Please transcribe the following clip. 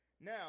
Now